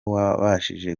wabashije